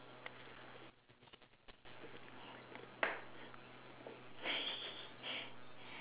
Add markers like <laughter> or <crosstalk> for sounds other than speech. <laughs>